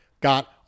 got